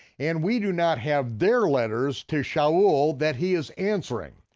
and we do not have their letters to shaul that he is answering.